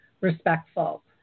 respectful